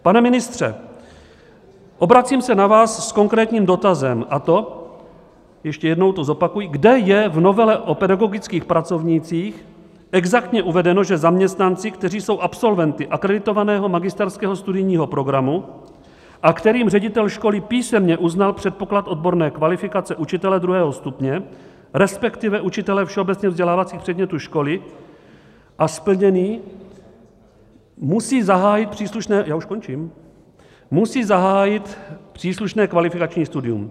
Pane ministře, obracím se na vás s konkrétním dotazem, a to ještě jednou to zopakuji kde je v novele o pedagogických pracovnících exaktně uvedeno, že zaměstnanci, kteří jsou absolventy akreditovaného magisterského studijního programu a kterým ředitel školy písemně uznal předpoklad odborné kvalifikace učitele druhého stupně, respektive učitele všeobecně vzdělávacích předmětů školy, a splněný... musí zahájit příslušné já už končím kvalifikační studium.